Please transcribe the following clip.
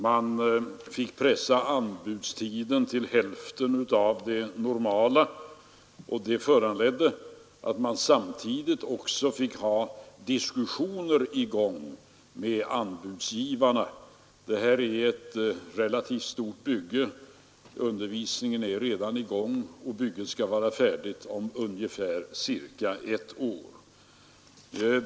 Man fick pressa anbudstiden till hälften av det normala, och detta föranledde att man samtidigt fick ha diskussioner i gång med anbudsgivarna. Det här är ett relativt stort bygge. Undervisningen är redan i gång, och bygget skall vara färdigt om ungefär ett år.